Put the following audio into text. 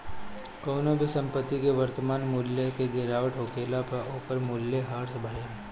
कवनो भी संपत्ति के वर्तमान मूल्य से गिरावट होखला पअ ओकर मूल्य ह्रास भइल